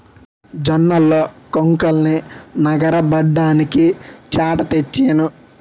జొన్నల్లో కొంకుల్నె నగరబడ్డానికి చేట తెచ్చాను